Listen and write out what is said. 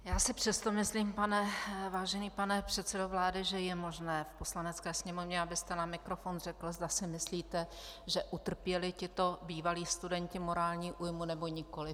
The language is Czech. Já si přesto myslím, vážený pane předsedo vlády, že je možné v Poslanecké sněmovně, abyste na mikrofon řekl, zda si myslíte, že utrpěli tito bývalí studenti morální újmu, nebo nikoli.